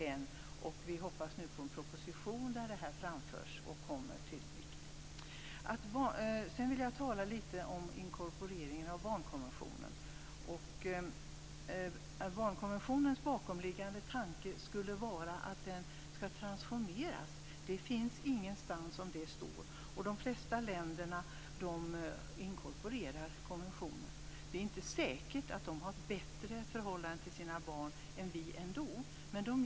Vi hoppas nu på en proposition där detta framförs och blir av vikt. Sedan vill jag säga några ord om inkorporeringen av barnkonventionen. Att den bakomliggande tanken när det gäller barnkonventionen skulle vara att denna skall transformeras står det inte något om någonstans. De flesta länder inkorporerar konventionen men det är inte säkert att man där för den skull har ett bättre förhållande till barnen än vi.